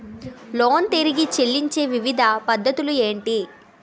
Loan తిరిగి చెల్లించే వివిధ పద్ధతులు ఏంటి?